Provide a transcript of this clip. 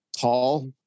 tall